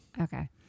Okay